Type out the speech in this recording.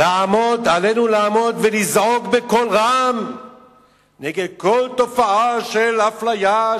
"עלינו לעמוד ולזעוק בקול רם נגד כל תופעה של אפליה,